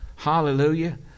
Hallelujah